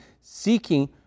seeking